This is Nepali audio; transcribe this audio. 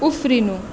उफ्रिनु